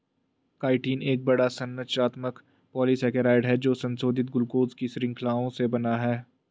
chitin एक बड़ा, संरचनात्मक पॉलीसेकेराइड है जो संशोधित ग्लूकोज की श्रृंखलाओं से बना है